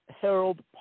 Harold